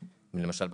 למשל,